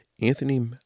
Anthony